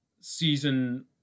season